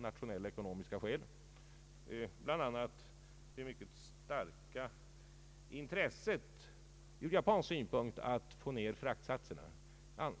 nationella och ekonomiska skäl, bl.a. det mycket starka intresset ur japansk synpunkt att få ned fraktsatserna.